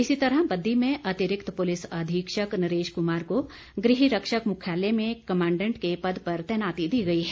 इसी तरह बददी में अतिरिक्त पुलिस अधीक्षक नरेश कुमार को गृह रक्षक मुख्यालय में कमांडेंट के पद पर तैनाती दी गई है